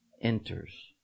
enters